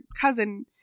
cousin